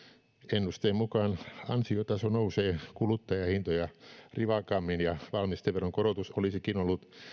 ennusteen mukaan ansiotaso nousee kuluttajahintoja rivakammin ja valmisteveron korotus olisikin ollut